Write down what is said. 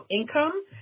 income